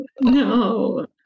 no